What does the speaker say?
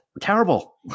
terrible